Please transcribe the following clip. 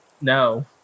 no